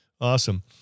Awesome